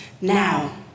now